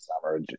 summer